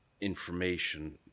information